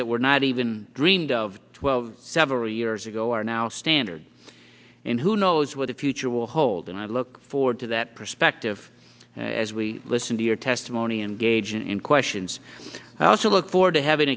that were not even dreamed of twelve several years ago are now standard and who knows what the future will hold and i look forward to that perspective as we listen to your testimony engage in questions i also look forward to having